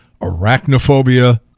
arachnophobia